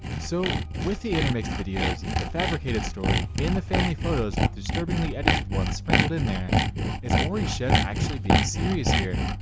so with the intermixed videos the fabricated story in the family photos with disturbingly edited ones sprinkled in there is orie chef actually being serious here?